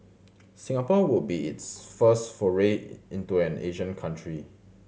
Singapore would be its first foray into an Asian country